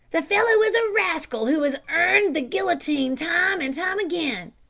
the fellow is a rascal who has earned the guillotine time and time again.